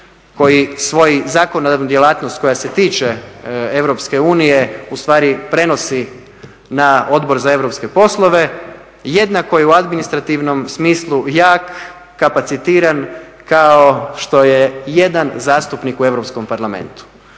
koji svoju zakonodavnu djelatnost koja se tiče EU ustvari prenosi na Odbor za europske poslove, jednako je u administrativnom smislu jak, kapacitiran kao što je jedan zastupnik u Europskom parlamentu.